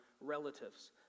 relatives